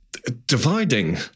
dividing